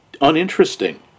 uninteresting